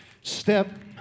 step